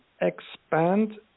expand